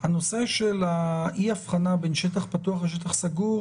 ואין לנו שום כוונה לסגת מהן.